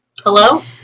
Hello